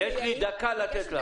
יש לי דקה לתת לך.